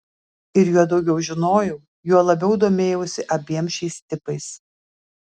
ir juo daugiau žinojau juo labiau domėjausi abiem šiais tipais